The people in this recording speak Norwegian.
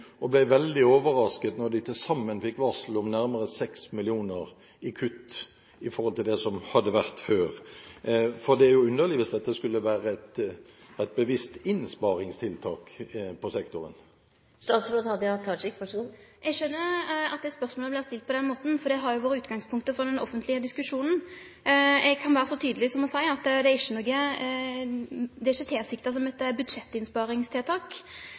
og ble veldig overrasket da de til sammen fikk varsel om nærmere 6 mill. kr i kutt i forhold til det som hadde vært før. Det er underlig hvis dette skulle være et bevisst innsparingstiltak på sektoren. Eg skjønar at det spørsmålet vart stilt på den måten, for det har jo vore utgangspunktet for den offentlege diskusjonen. Eg kan vere så tydeleg som å seie at det ikkje er tilsikta som eit budsjettinnsparingstiltak.